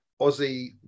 Aussie